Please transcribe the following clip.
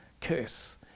Curse